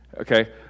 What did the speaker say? Okay